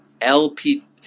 LP